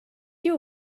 your